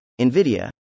NVIDIA